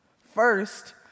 First